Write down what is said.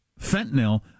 fentanyl